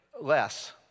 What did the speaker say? Less